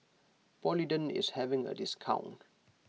Polident is having a discount